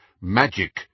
MAGIC